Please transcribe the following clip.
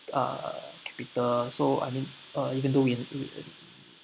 uh capital so I mean uh even though we